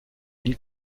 îles